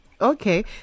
Okay